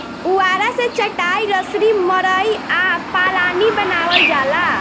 पुआरा से चाटाई, रसरी, मड़ई आ पालानी बानावल जाला